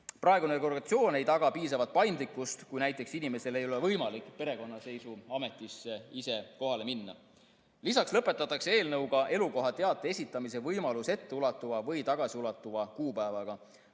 Praegune regulatsioon ei taga piisavat paindlikkust, kui näiteks inimesel ei ole võimalik perekonnaseisuametisse ise kohale minna. Lisaks lõpetatakse eelnõuga elukohateate esitamise võimalus etteulatuva või tagasiulatuva kuupäevaga.